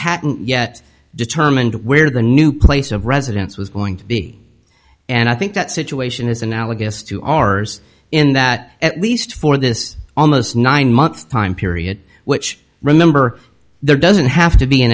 hadn't yet determined where the new place of residence was going to be and i think that situation is analogous to ours in that at least for this almost nine month time period which remember there doesn't have to be an